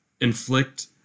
inflict